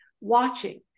watching